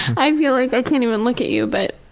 i feel like i can't even look at you, but